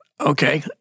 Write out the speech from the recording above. Okay